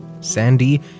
Sandy